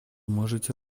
можете